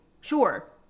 Sure